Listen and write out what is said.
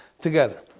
together